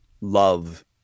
love